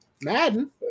Madden